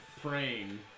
praying